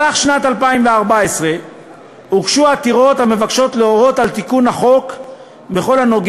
בשנת 2014 הוגשו עתירות המבקשות להורות על תיקון החוק בכל הקשור